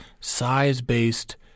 size-based